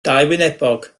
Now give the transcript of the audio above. dauwynebog